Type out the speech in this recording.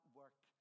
work